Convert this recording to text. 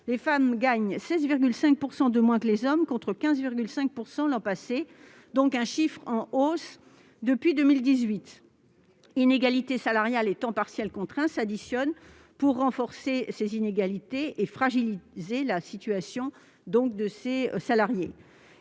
les femmes gagnent 16,5 % de moins que les hommes, contre 15,5 % l'an passé. Ce chiffre est en hausse constante depuis 2018. Inégalités salariales et temps partiels contraints s'additionnent pour renforcer ces inégalités et fragiliser la situation des travailleuses.